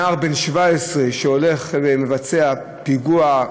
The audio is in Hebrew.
נער בן 17 שהולך ומבצע פיגוע,